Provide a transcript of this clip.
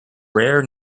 rare